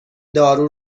دارو